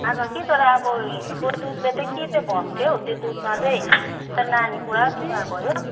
थाह छ कि तर कि अब हिजुको दुधले के भएको थियौ त्यो दुधमा चाहिँ नानी पुरा बिमार भयो